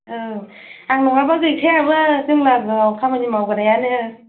औ आं नङाबा गैखायाबो जों लागोआव खामानि मावग्रायानो